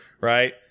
Right